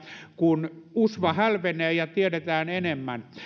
kun usva hälvenee ja tiedetään enemmän